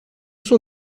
sont